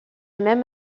même